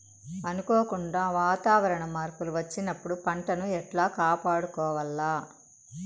అనుకోకుండా వాతావరణ మార్పులు వచ్చినప్పుడు పంటను ఎట్లా కాపాడుకోవాల్ల?